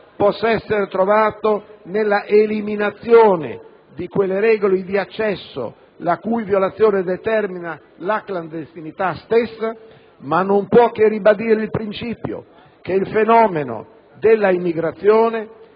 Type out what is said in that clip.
possa essere trovato nella eliminazione di quelle regole di accesso la cui violazione determina la clandestinità stessa, ma non può che ribadire il principio che il fenomeno della immigrazione